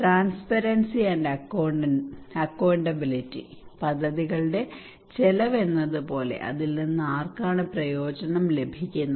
transparency and accountability പദ്ധതികളുടെ ചെലവ് എത്രയെന്നത് പോലെ അതിൽ നിന്ന് ആർക്കാണ് പ്രയോജനം ലഭിക്കുന്നത്